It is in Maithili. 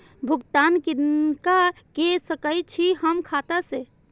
भुगतान किनका के सकै छी हम खाता से?